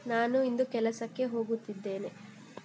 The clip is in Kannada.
ನಾನು ಇಂದು ಕೆಲಸಕ್ಕೆ ಹೋಗುತ್ತಿದ್ದೇನೆ